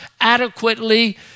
adequately